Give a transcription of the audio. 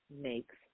makes